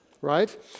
right